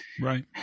Right